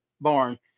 barn